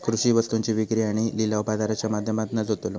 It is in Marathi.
कृषि वस्तुंची विक्री आणि लिलाव बाजाराच्या माध्यमातनाच होतलो